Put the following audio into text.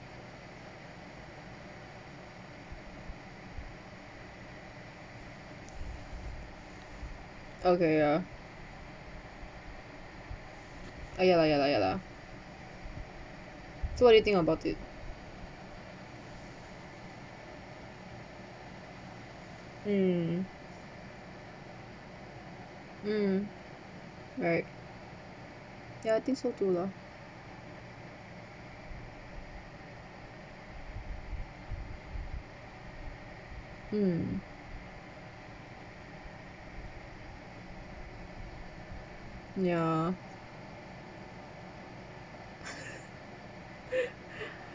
okay ya ya lah ya lah ya lah so what do you think about it mm mm right ya I think so to lah mm ya